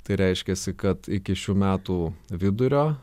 tai reiškiasi kad iki šių metų vidurio